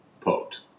poked